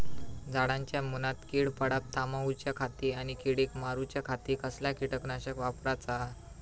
झाडांच्या मूनात कीड पडाप थामाउच्या खाती आणि किडीक मारूच्याखाती कसला किटकनाशक वापराचा?